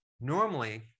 Normally